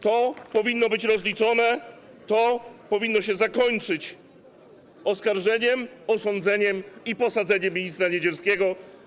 To powinno być rozliczone, to powinno się zakończyć oskarżeniem, osądzeniem i posadzeniem ministra Niedzielskiego.